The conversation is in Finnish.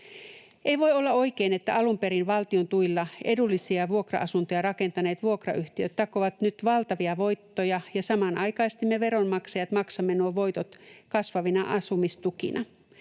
Ei voi olla oikein, että alun perin valtion tuilla edullisia vuokra-asuntoja rakentaneet vuokrayhtiöt takovat nyt valtavia voittoja ja samanaikaisesti me veronmaksajat maksamme nuo voitot kasvavina asumistukina.